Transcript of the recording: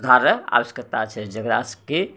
सुधार रऽ आवश्यकता छै जकरासँ कि